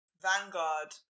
Vanguard